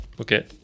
Okay